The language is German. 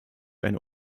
eine